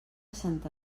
santa